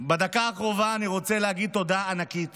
בדקה הקרובה אני רוצה להגיד תודה ענקית